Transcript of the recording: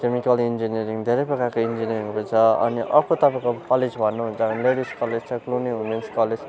chemical engineering धेरै प्रकारको इन्जिनियरिङहरू छ अनि अर्को तपाईँको कलेज भन्नुहुन्छ भने लेडिस कलेज छ क्लुनी हुमेन्स कलेज छ